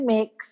Mix